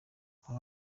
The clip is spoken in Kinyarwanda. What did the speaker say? aba